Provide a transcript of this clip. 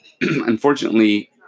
unfortunately